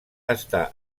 està